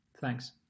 Thanks